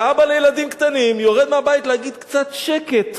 שאבא לילדים קטנים יורד מהבית להגיד "קצת שקט"